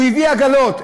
הוא הביא עגלות.